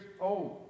old